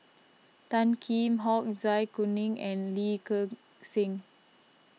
Tan Kheam Hock Zai Kuning and Lee Gek Seng